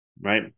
right